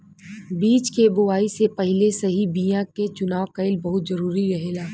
बीज के बोआई से पहिले सही बीया के चुनाव कईल बहुत जरूरी रहेला